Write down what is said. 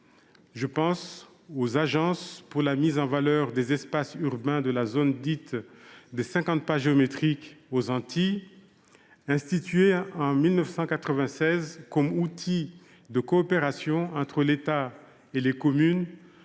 Je pense aux agences pour la mise en valeur des espaces urbains de la zone dite des 50 pas géométriques. Ces outils de coopération entre l’État et les communes,